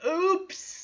oops